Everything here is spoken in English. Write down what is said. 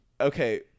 okay